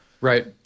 Right